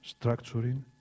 structuring